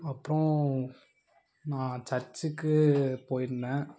அப்றம் நான் சர்ச்சுக்கு போயிருந்தேன்